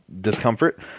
discomfort